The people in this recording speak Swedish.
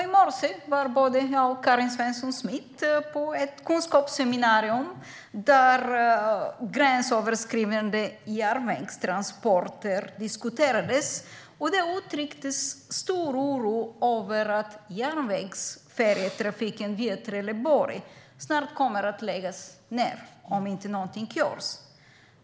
I morse var både jag och Karin Svensson Smith på ett kunskapsseminarium där gränsöverskridande järnvägstransporter diskuterades. Det uttrycktes stor oro över att järnvägsfärjetrafiken via Trelleborg snart kommer att läggas ned om inte någonting görs.